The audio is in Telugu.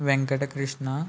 వెంకటకృష్ణ